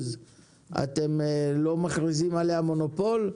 אתם לא מכריזים עליה מונופול?